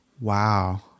Wow